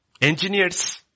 Engineers